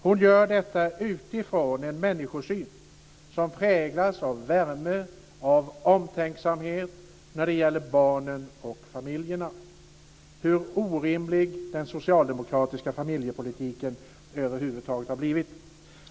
Hon gör detta utifrån en människosyn som präglas av värme och omtänksamhet när det gäller barnen och familjerna och utifrån hur orimlig den socialdemokratiska familjepolitiken över huvud taget har blivit.